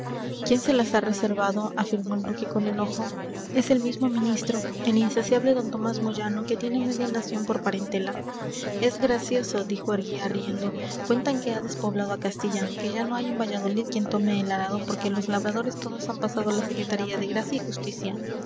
quien se las ha reservado afirmó el duque con enojo es el mismo ministro el insaciable d tomás moyano que tiene media nación por parentela es gracioso dijo eguía riendo cuentan que ha despoblado a castilla que ya no hay en valladolid quien tome el arado porque los labradores todos han pasado a la secretaría de gracia y justicia